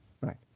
right